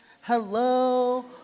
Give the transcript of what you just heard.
Hello